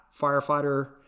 firefighter